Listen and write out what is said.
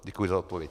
Děkuji za odpověď.